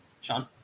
Sean